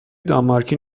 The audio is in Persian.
دانمارکی